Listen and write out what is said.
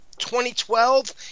2012